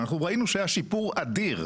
אנחנו ראינו שהיה שיפור אדיר.